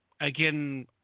again